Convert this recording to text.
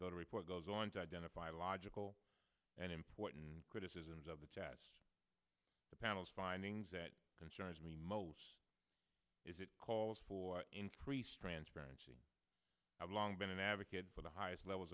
the report goes on to identify logical and important criticisms of the chess panel's findings that concerns me most is it calls for increased transparency have long been an advocate for the highest levels